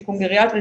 שיקום גריאטרי,